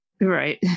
Right